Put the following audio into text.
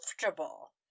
comfortable